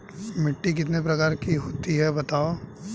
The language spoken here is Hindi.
मिट्टी कितने प्रकार की होती हैं बताओ?